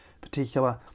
particular